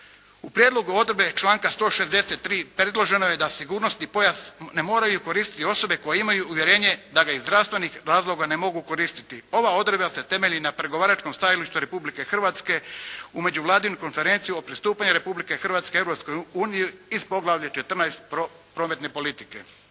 U prijedlogu odredbe članka 163. predloženo je da sigurnosni pojas ne moraju koristiti osobe koje imaju uvjerenje da ga iz zdravstvenih razloga ne mogu koristiti. Ova odredba se temelji na pregovaračkom stajalištu Republike Hrvatske o Međuvladinoj konferenciji o pristupanju Republike Hrvatske Europskoj uniji iz Poglavlja XIV. – Prometne politike.